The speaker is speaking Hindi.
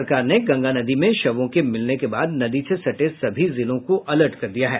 सरकार ने गंगा नदी में शवों के मिलने के बाद नदी से सटे सभी जिलों को अलर्ट कर दिया है